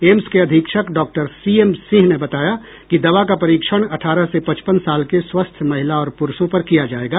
AIIMS के अधीक्षक doctor C M Singh ने बताया कि दवा का परीक्षण अठारह से पचपन साल के स्वस्थ महिला और पुरूषों पर किया जायेगा